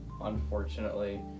unfortunately